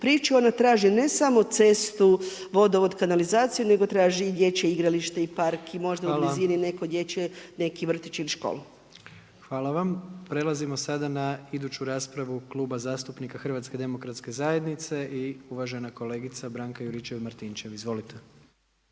priču. Ona traži ne samo cestu, vodovod, kanalizaciju nego traži i dječje igralište i park i možda u blizini neko dječje, neki vrtić ili školu. **Jandroković, Gordan (HDZ)** Hvala vam. Prelazimo sada na iduću raspravu Kluba zastupnika Hrvatske demokratske zajednice i uvažena kolegica Branka Juričev-Martinčev. Izvolite.